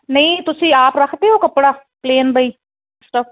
ਨਹੀਂ ਤੁਸੀਂ ਆਪ ਰੱਖਦੇ ਹੋ ਕੱਪੜਾ ਪਲੇਨ ਬਈ ਸਟੱਫ